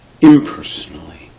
impersonally